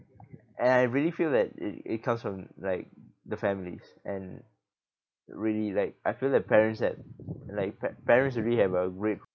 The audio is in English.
and I really feel that it it comes from like the families and really like I feel that parents have like par~ parents really have a great